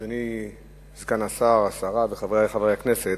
אדוני סגן השר, השרה וחברי הכנסת,